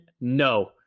No